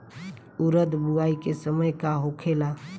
उरद बुआई के समय का होखेला?